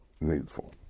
needful